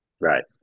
Right